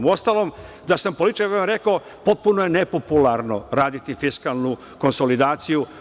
Uostalom, da sam političar bi vam rekao, potpuno je nepopularno raditi fiskalnu konsolidaciju.